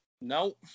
No